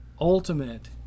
ultimate